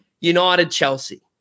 United-Chelsea